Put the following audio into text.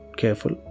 careful